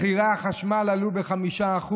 מחירי החשמל עלו ב-5%,